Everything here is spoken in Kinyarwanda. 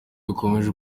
bikomeje